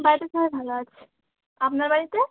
বাড়িতে সবাই ভালো আছে আপনার বাড়িতে